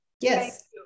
yes